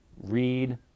Read